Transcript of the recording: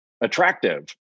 attractive